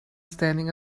standing